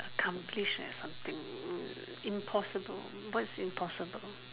accomplish and something impossible what is impossible